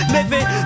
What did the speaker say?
Living